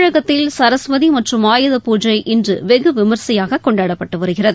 தமிழகத்தில் சரஸ்வதி மற்றும் ஆயுதபூஜை இன்று வெகு விமர்சையாக கொண்டாடப்பட்டு வருகிறது